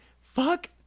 Fuck